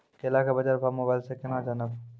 केला के बाजार भाव मोबाइल से के ना जान ब?